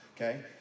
okay